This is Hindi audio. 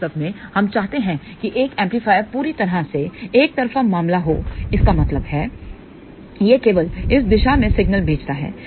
वास्तव में हम चाहते हैं कि एक एम्पलीफायर पूरी तरह से एकतरफा मामला हो इसका मतलब है यह केवल इस दिशा में सिग्नल भेजता है